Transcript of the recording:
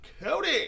Cody